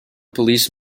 police